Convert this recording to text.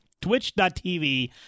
Twitch.tv